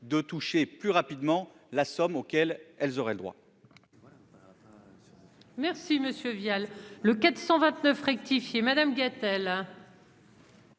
de toucher plus rapidement la somme auquel elles auraient le droit.